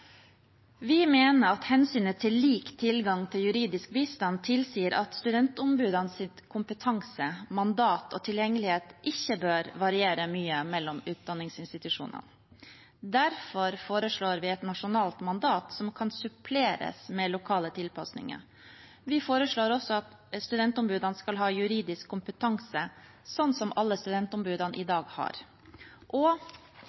Vi mener at hensynet til lik tilgang til juridisk bistand tilsier at studentombudenes kompetanse, mandat og tilgjengelighet ikke bør variere mye mellom utdanningsinstitusjonene. Derfor foreslår vi et nasjonalt mandat som kan suppleres med lokale tilpasninger. Vi foreslår også at studentombudene skal ha juridisk kompetanse, sånn som alle studentombudene i dag har. Og